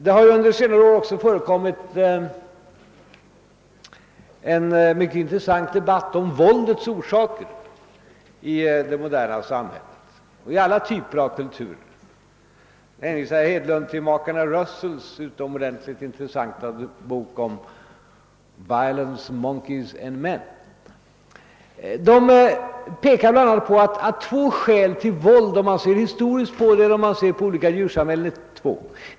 Det har under senare år också förekommit en mycket intressant debatt om våldets orsaker i det moderna samhället och i alla typer av kulturer. Jag hänvisar herr Hedlund till makarna Russells utomordentligt intressanta bok »Violence, Monkeys and Men«. De pekar bl.a. på två skäl till våld som dominerar vare sig man ser historiskt på problemet eller undersöker olika djursamhällen.